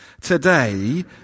today